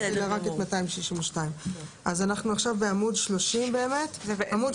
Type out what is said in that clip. אלא רק את 262. בסדר גמור.